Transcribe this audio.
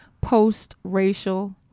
post-racial